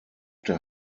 der